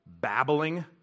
babbling